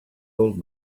old